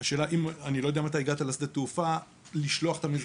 אני לא יודע מתי הגעת לשדה התעופה לשלוח את המזוודה.